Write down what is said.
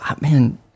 man